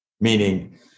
Meaning